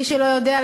למי שלא יודע,